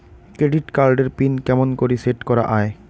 Credit card এর PIN কেমন করি সেট করা য়ায়?